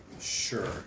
Sure